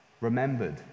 remembered